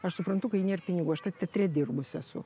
aš suprantu kai nėr pinigų aš ta teatre dirbus esu